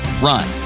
run